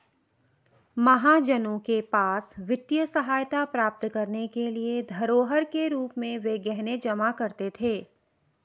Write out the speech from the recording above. महाजनों के पास वित्तीय सहायता प्राप्त करने के लिए धरोहर के रूप में वे गहने जमा करते थे